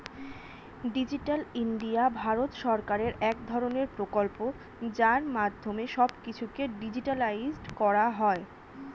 digital India ভারত সরকারের এক ধরণের প্রকল্প যার মাধ্যমে সব কিছুকে ডিজিটালাইসড করা হয়